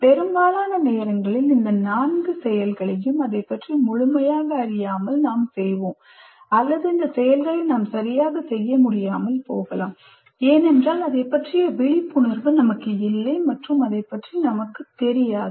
பெரும்பாலான நேரங்களில் இந்த நான்கு செயல்களையும் அதைப் பற்றி முழுமையாக அறியாமல் நாம் செய்வோம் அல்லது இந்த செயல்களை நாம் சரியாக செய்ய முடியாமல் போகலாம் ஏனென்றால் அதைப் பற்றிய விழிப்புணர்வு நமக்கு இல்லை மற்றும் அதைப் பற்றி நமக்கு தெரியாது